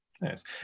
Nice